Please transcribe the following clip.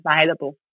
available